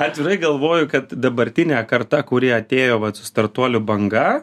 atvirai galvoju kad dabartinė karta kuri atėjo startuolių banga